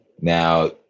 Now